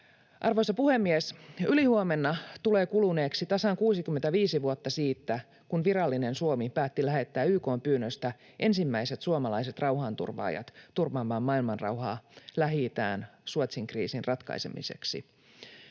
Arvoisa puhemies! Ylihuomenna tulee kuluneeksi tasan 65 vuotta siitä, kun virallinen Suomi päätti lähettää YK:n pyynnöstä ensimmäiset suomalaiset rauhanturvaajat turvaamaan maailmanrauhaa Lähi-itään Suezin kriisin ratkaisemiseksi.